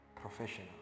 professional